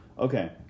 Okay